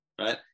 Right